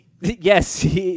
Yes